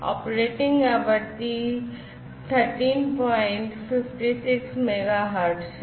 operating आवृत्ति 1356 megahertz है